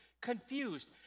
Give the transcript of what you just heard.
Confused